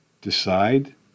Decide